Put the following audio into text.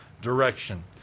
direction